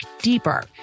deeper